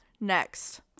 Next